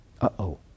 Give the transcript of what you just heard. Uh-oh